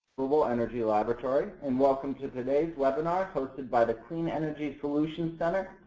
global energy laboratory and welcome to today's webinar hosted by the clean energy solutions center.